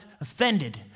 offended